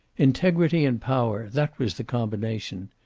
integrity and power, that was the combination.